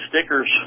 stickers